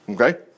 Okay